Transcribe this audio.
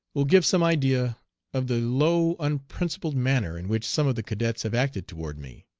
will give some idea of the low, unprincipled manner in which some of the cadets have acted toward me.